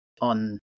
on